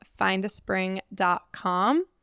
findaspring.com